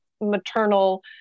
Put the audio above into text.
maternal